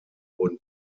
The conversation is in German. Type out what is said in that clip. wurden